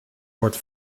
wordt